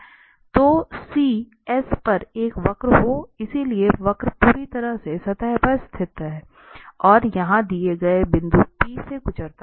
तो c S पर एक वक्र हो इसलिए वक्र पूरी तरह से सतह पर स्थित है और यह दिए गए बिंदु p से गुजरता है